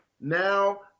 now